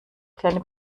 kleine